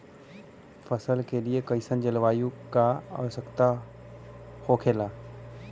फसल के लिए कईसन जलवायु का आवश्यकता हो खेला?